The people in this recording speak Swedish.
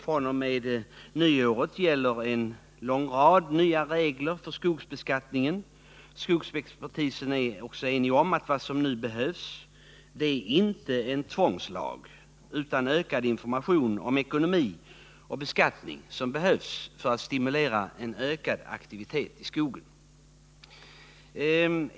fr.o.m. nyåret gäller en rad nya regler för skogsbeskattningen. Skogsexpertisen är också ense om att vad som nu behövs inte är en tvångslag utan ökad information om ekonomi och beskattning för att stimulera till en ökad aktivitet i skogen.